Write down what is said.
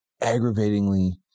aggravatingly